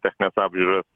technines apžiūras